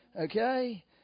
Okay